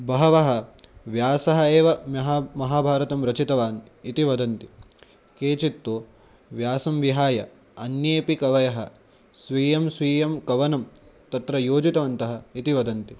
बहवः व्यासः एव महान् महाभारतं रचितवान् इति वदन्ति केचित्तु व्यासं विहाय अन्येऽपि कवयः स्वीयं स्वीयं कवनं तत्र योजितवन्तः इति वदन्ति